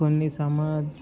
కొన్ని సమాజ